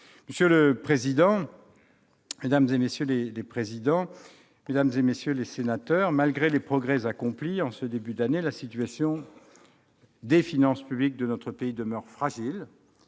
monsieur le président de la commission des affaires sociales, mesdames, messieurs les sénateurs, malgré les progrès accomplis, en ce début d'année, la situation des finances publiques de notre pays demeure fragile,